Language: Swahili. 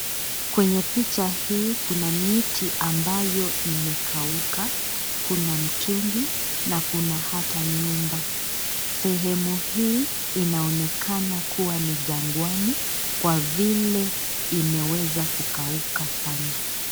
Kwenye picha hii kuna miti ambayo imekauka, kuna mtungi na hata kuna nyumba. Sehemu hii inaonekana kuwa ni jangwani kwa vile imeweza kukauka sana.